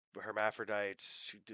Hermaphrodites